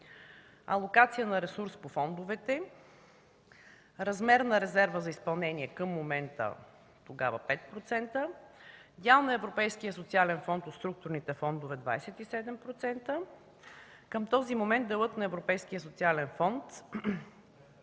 алокация на ресурс по фондовете; размер на резерва за изпълнение към момента, тогава 5%; дял на Европейския социален фонд от структурните фондове – 27%, към този момент делът на Европейския социален фонд